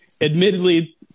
Admittedly